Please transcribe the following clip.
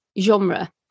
genre